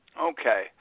Okay